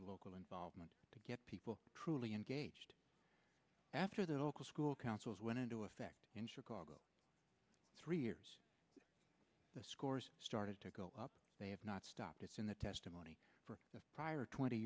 the local involvement to get people truly engaged after that oka school councils went into effect in chicago three years the scores started to go up they have not stopped it's in the testimony for the prior twenty